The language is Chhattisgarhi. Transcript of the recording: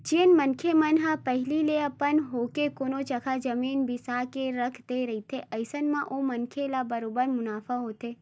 जेन मनखे मन ह पहिली ले अपन होके कोनो जघा जमीन बिसा के रख दे रहिथे अइसन म ओ मनखे ल बरोबर मुनाफा होथे